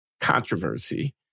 controversy